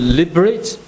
liberate